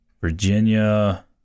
Virginia